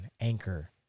Anchor